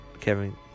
Kevin